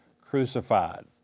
crucified